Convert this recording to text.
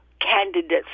candidates